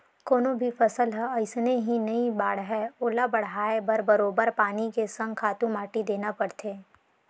कोनो भी फसल ह अइसने ही नइ बाड़हय ओला बड़हाय बर बरोबर पानी के संग खातू माटी देना परथे